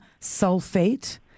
sulfate